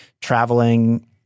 traveling